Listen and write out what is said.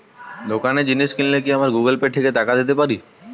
দোকানে জিনিস কিনলে কি আমার গুগল পে থেকে টাকা দিতে পারি?